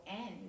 end